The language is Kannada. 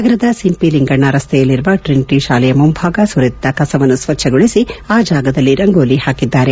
ನಗರದ ಸಿಂಪಿ ಲಿಂಗಣ್ಣ ರಸ್ತೆಯಲ್ಲಿರುವ ಟ್ರಿನಿಟಿ ಶಾಲೆಯ ಮುಂಭಾಗ ಸುರಿದಿದ್ದ ಕಸವನ್ನು ಸ್ವಚ್ಛಗೊಳಿಸಿ ಆ ಜಾಗದಲ್ಲಿ ರಂಗೋಲಿ ಹಾಕಿದ್ದಾರೆ